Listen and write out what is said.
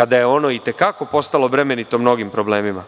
kada je ono i te kako postalo bremenito mnogim problemima.